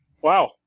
Wow